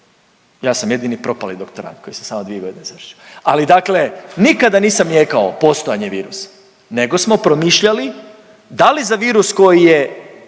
ja sam jedini propali doktorand koji sam samo dvije godine završio. Ali dakle nikada nisam nijekao postojanje virusa nego smo promišljali da li za virus koji je